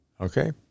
okay